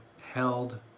held